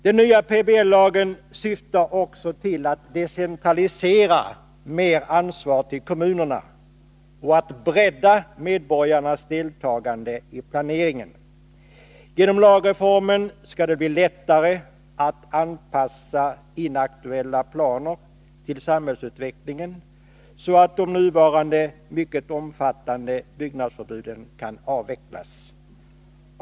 Den nya PBL-lagen syftar också till att decentralisera mer ansvar till Anslag till kommunerna och bredda medborgarnas deltagande i planeringen. Genom bostadsförsörjning lagreformen skall det bli lättare att anpassa inaktuella planer till samhällsm.m. utvecklingen, så att de nuvarande, mycket omfattande byggnadsförbuden kan avvecklas.